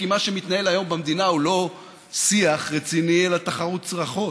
כי מה שמתנהל היום במדינה הוא לא שיח רציני אלא תחרות צרחות.